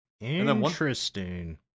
Interesting